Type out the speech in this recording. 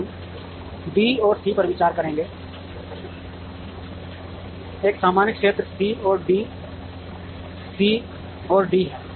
हम बी और सी पर विचार करेंगे एक सामान्य क्षेत्र सी और डीसी और डी है